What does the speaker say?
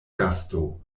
gasto